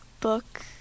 book